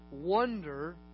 wonder